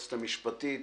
היועצת המשפטית,